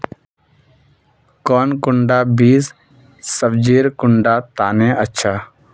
कौन कुंडा बीस सब्जिर कुंडा तने अच्छा?